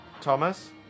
Thomas